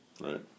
right